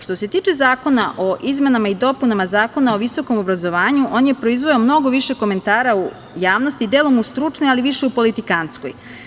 Što se tiče zakona o izmenama i dopunama Zakona o visokom obrazovanju, on je proizveo mnogo više komentara u javnosti, delom stručne, ali više u politikantskoj.